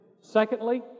Secondly